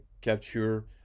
capture